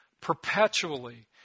perpetually